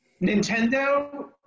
Nintendo